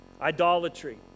idolatry